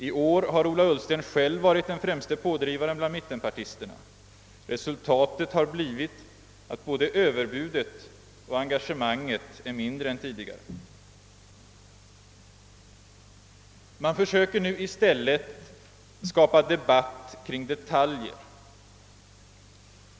I år har Ola Ullsten själv varit den främste pådrivaren bland mittenpartisterna, och resultatet har blivit att både överbudet och engagemanget är mindre än tidigare. Nu försöker man i stället skapa debatt kring detaljer.